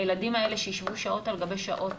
הילדים האלה שישבו שעות על גבי שעות